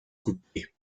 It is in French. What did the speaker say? coupée